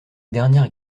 dernière